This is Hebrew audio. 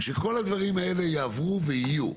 כשכל הדברים האלו יעברו ויהיו,